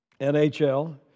NHL